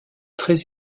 très